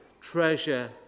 treasure